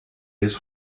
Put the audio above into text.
his